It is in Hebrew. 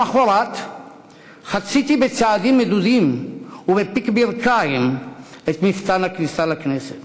למחרת חציתי בצעדים מדודים ובפיק ברכיים את מפתן הכניסה לכנסת.